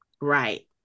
Right